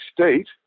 State